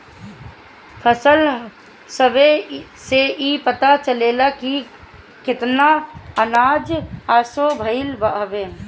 फसल सर्वे से इ पता चलेला की केतना अनाज असो भईल हवे